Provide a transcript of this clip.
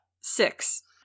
six